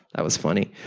that was funny.